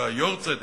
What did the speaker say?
את היארצייט,